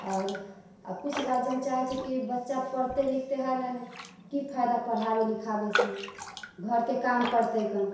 आओर किछु गार्जियन चाहैत छै कि बच्चा पढ़तै लिखतै हइ नहि की फायदा पढ़ाबै लिखाबैसँ घरके काम करतै कनि